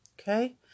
Okay